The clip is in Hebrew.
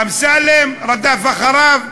אמסלם רדף אחריו,